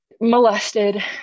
molested